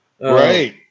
Right